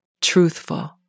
truthful